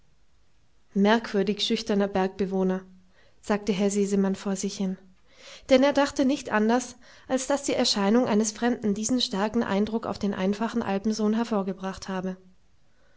merkwürdig schüchterner bergbewohner sagte herr sesemann vor sich hin denn er dachte nicht anders als daß die erscheinung eines fremden diesen starken eindruck auf den einfachen alpensohn hervorgebracht habe